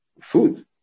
food